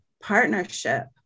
partnership